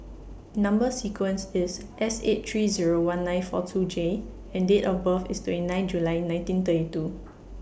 Number sequence IS S eight three Zero one nine four two J and Date of birth IS twenty nine July nineteen thirty two